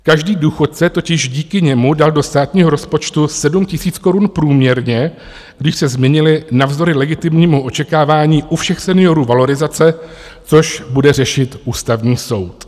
Každý důchodce totiž díky němu dal do státního rozpočtu 7 000 korun průměrně, když se změnily navzdory legitimnímu očekávání u všech seniorů valorizace, což bude řešit Ústavní soud.